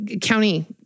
county